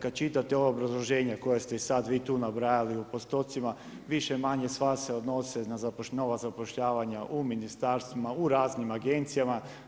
Kad čitate ova obrazloženja koja ste sad vi tu nabrajali u postocima više-manje sva se odnose na nova zapošljavanja u ministarstvima, u raznim agencijama.